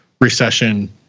recession